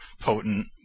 potent